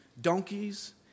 donkeys